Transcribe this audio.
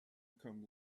cum